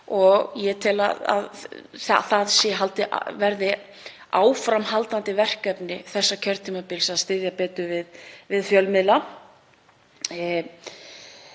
Ég tel að það verði áframhaldandi verkefni þessa kjörtímabils að styðja betur við fjölmiðla.